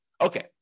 Okay